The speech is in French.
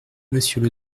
monsieur